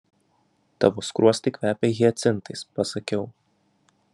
tavo skruostai kvepia hiacintais pasakiau